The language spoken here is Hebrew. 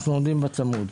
אנחנו עומדים בה צמוד.